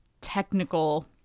technical